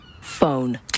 Phone